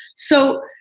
so,